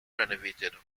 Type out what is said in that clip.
renovated